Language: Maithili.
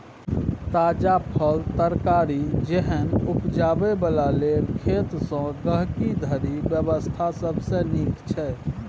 ताजा फल, तरकारी जेहन उपजाबै बला लेल खेत सँ गहिंकी धरिक व्यवस्था सबसे नीक छै